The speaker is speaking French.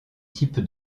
type